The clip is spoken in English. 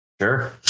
Sure